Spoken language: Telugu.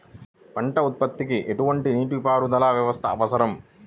పంట ఉత్పత్తికి ఎటువంటి నీటిపారుదల వ్యవస్థ అవసరం?